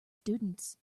students